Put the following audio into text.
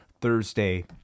Thursday